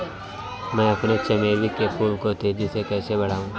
मैं अपने चमेली के फूल को तेजी से कैसे बढाऊं?